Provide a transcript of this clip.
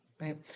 right